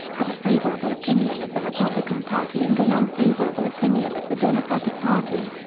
have a favorable opinion of the republican party and an unfavorable opinion of the democratic party.